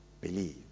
believe